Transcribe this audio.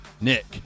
nick